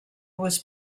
was